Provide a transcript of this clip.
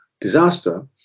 disaster